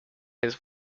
his